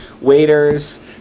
waiters